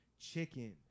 chicken